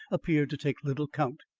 appeared to take little count.